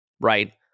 right